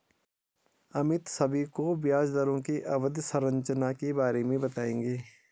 अमित सभी को ब्याज दरों की अवधि संरचना के बारे में बताएंगे